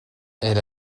elle